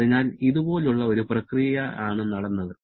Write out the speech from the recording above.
അതിനാൽ ഇതുപോലുള്ള ഒരു പ്രക്രിയയാണ് നടന്നത്